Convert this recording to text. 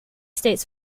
states